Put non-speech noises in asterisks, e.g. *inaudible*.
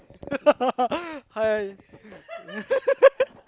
*laughs* hi *laughs*